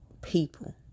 people